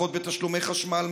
הנחות בתשלומי חשמל,